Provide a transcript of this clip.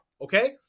okay